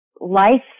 life